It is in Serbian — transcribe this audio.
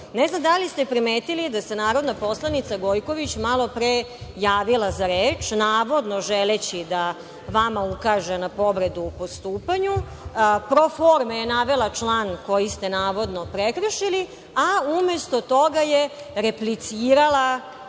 ne znam da li ste primetili da se narodna poslanica Gojković malopre javila za reč, navodno želeći da vama ukaže u povredu u postupanju, pro forme je navela član koji ste navodno, prekršili, a umesto toga je replicirala